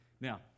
Now